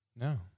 No